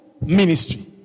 ministry